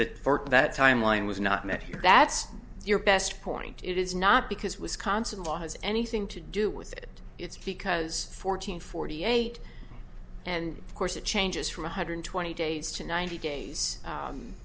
court that timeline was not met here that's your best point it is not because wisconsin law has anything to do with it it's because fourteen forty eight and of course it changes from one hundred twenty days to ninety days